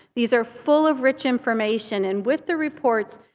these are full of rich information. and with the reports,